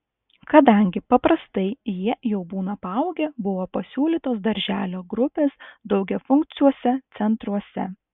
kadangi paprastai jie jau būna paaugę buvo pasiūlytos darželio grupės daugiafunkciuose centruose